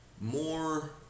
more